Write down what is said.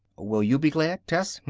will you be glad, tess?